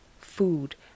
food